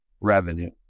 revenue